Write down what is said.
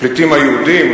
הפליטים היהודים,